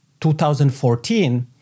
2014